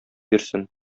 бирсен